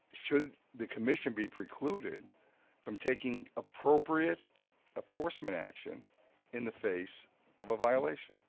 should the commission be precluded from taking appropriate enforcement action in the face of a violation.